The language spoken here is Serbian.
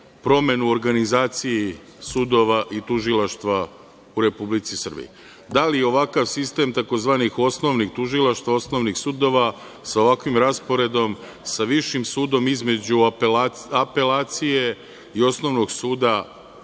promenu u organizaciji sudova i tužilaštva u Republici Srbiji. Da li je ovakav sistem tzv. osnovnih tužilaštava, osnovnih sudova sa ovakvim rasporedom, sa Višim sudom između apelacije i Osnovnog suda